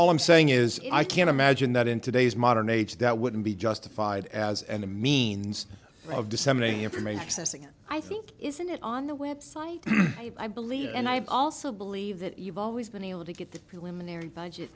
ll i'm saying is i can't imagine that in today's modern age that wouldn't be justified as any means of disseminating information excess again i think isn't it on the website i believe and i also believe that you've always been able to get the preliminary budget